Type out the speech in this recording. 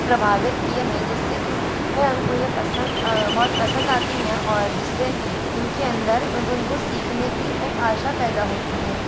प्रभावित किया है जिससे की वह उनको ये पसंद बहुत पसंद आती हैं और जिससे इनके अंदर उनको सीखने की एक आशा पैदा होती हैं